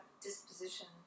disposition